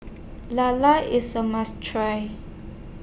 Lala IS A must Try